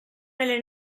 nelle